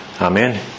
Amen